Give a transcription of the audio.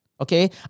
Okay